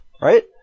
right